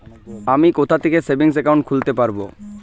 আমি কোথায় থেকে সেভিংস একাউন্ট খুলতে পারবো?